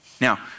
Now